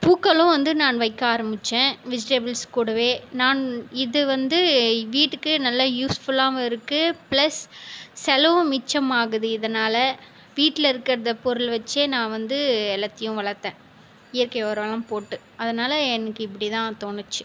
பூக்களும் வந்து நான் வைக்க ஆரம்பித்தேன் வெஜிடபிள்ஸ் கூடவே நான் இது வந்து வீட்டுக்கு நல்லா யூஸ்ஃபுல்லாகவும் இருக்குது பிளஸ் செலவு மிச்சம் ஆகுது இதனால் வீட்டில் இருக்கிற பொருள் வச்சே நான் வந்து எல்லாத்தையும் வளர்த்தேன் இயற்கை உரம்லாம் போட்டு அதனால் எனக்கு இப்படி தான் தோணிச்சு